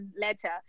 letter